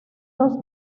dos